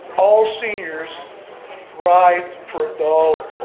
all seniors ride for a dollar,